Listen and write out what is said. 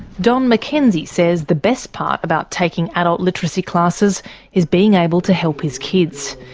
don mckenzie says the best part about taking adult literacy classes is being able to help his kids.